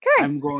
Okay